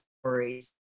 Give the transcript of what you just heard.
stories